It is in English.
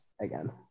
again